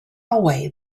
away